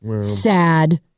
Sad